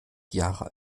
jahre